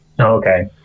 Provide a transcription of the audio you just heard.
Okay